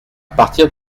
partir